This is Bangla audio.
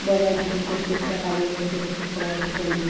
বজায় থাকে প্রত্যেকটা কাজের মধ্যে একটা সুফল আর কুফল দিক